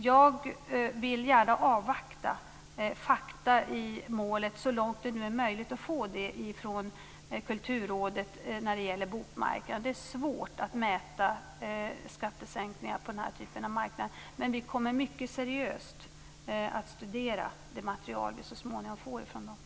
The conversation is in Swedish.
Jag vill gärna avvakta fakta i målet så långt det nu är möjligt att få det från Kulturrådet när det gäller bokmarknaden. Det är svårt att mäta skattesänkningar på den här typen av marknader, men vi kommer mycket seriöst att studera det material vi så småningom får från dem.